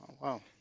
wow